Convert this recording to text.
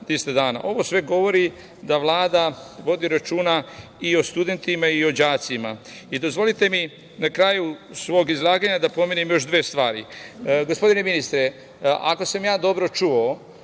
Ovo sve govori da Vlada vodi računa i o studentima i o đacima. Dozvolite mi na kraju svog izlaganja da pomenem još dve